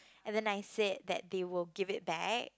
and then I said that they will give it back